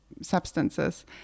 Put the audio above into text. Substances